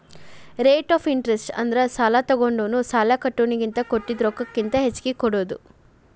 rate of interest ಅಂದ್ರ ಸಾಲಾ ತೊಗೊಂಡೋನು ಸಾಲಾ ಕೊಟ್ಟೋನಿಗಿ ಕೊಟ್ಟಿದ್ ರೊಕ್ಕಕ್ಕಿಂತ ಹೆಚ್ಚಿಗಿ ಕೊಡೋದ್